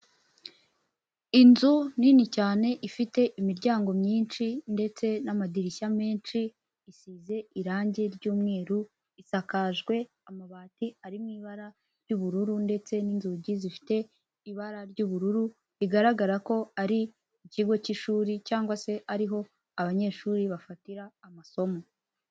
Inzu nini cyane ifite imiryango myinshi ndetse n'amadirishya menshi, isize irangi ry'umweru, isakajwe amabati ari mu ibara ry'ubururu ndetse n'inzugi zifite ibara ry'ubururu rigaragara ko ari mu ikigo k'ishuri cyangwa se ari ho abanyeshuri bafatira amasomo.